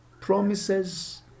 promises